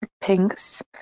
Pinks